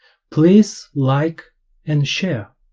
please like and share,